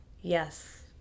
yes